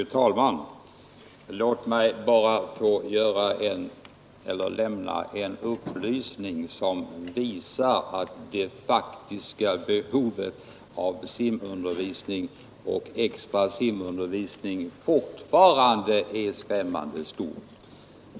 Fru talman! Låt mig bara få lämna en upplysning, som visar att det faktiska behovet av simundervisning och extra simundervisning fortfarande är skrämmande stort.